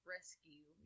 Rescue